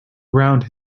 around